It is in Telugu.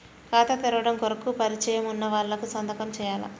ఖాతా తెరవడం కొరకు పరిచయము వున్నవాళ్లు సంతకము చేయాలా?